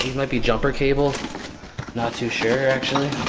might be jumper cable not too sure actually